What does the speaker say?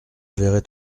verrai